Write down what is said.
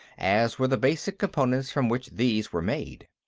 as were the basic components from which these were made.